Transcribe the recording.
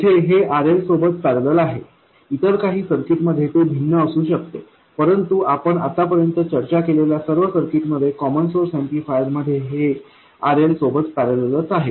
येथे हे RL सोबत पॅरलल आहे इतर काही सर्किटमध्ये ते भिन्न असू शकते परंतु आपण आतापर्यंत चर्चा केलेल्या सर्व सर्किटमध्ये कॉमन सोर्स ऍम्प्लिफायर मध्ये हे RL सोबत पॅरललच आहे